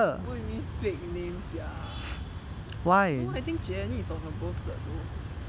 what you mean fake name sia no I think jennie is on her birth cert though